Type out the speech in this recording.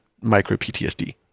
micro-PTSD